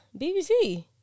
bbc